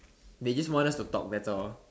they just want us to talk better